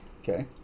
Okay